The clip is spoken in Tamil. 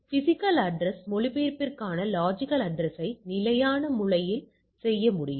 எனவே பிஸிக்கல் அட்ரஸ் மொழிபெயர்ப்பிற்கான லொஜிக்கல் அட்ரஸ்யை நிலையான முறையில் செய்ய முடியும்